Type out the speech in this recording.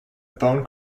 phone